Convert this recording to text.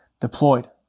deployed